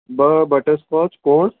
ॿ बटरस्कॉच कोन